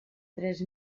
tres